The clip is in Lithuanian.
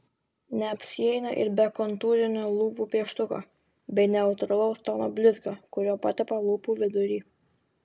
neapsieina ir be kontūrinio lūpų pieštuko bei neutralaus tono blizgio kuriuo patepa lūpų vidurį